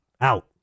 out